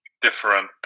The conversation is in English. different